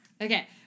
Okay